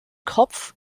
kopf